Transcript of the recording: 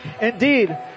Indeed